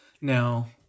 Now